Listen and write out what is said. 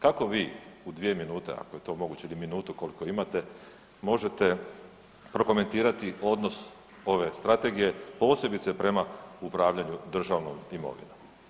Kako vi u dvije minute ako je to moguće ili minutu koliko imate možete prokomentirati odnos ove strategije posebice prema upravljanju državnom imovinom?